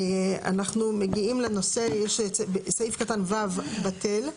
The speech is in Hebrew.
אנחנו מגיעים לנושא, יש את סעיף קטן (ו) בטל.